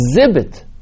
exhibit